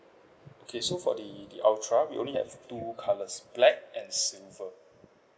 okay so for the the ultra we only have two colours black and silver